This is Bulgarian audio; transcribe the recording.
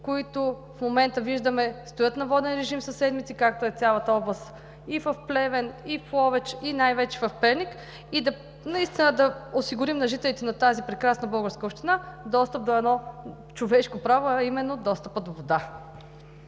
които в момента виждаме, че стоят на воден режим със седмици както е цялата област и в Плевен, и в Ловеч, и най-вече в Перник, и наистина да осигурим на жителите на тази прекрасна българска община, достъп до едно човешко право, а именно достъпът до вода.